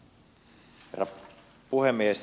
herra puhemies